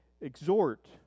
exhort